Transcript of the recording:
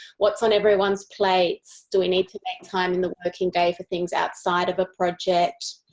what is on everyone's plates, do we need to make time in the working day for things outside of a project?